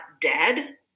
dead